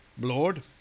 Lord